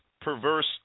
perverse